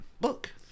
book